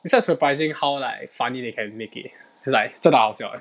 it's quite surprising how like funny they can make it cause like 真的好笑 leh